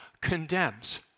condemns